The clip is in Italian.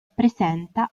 presenta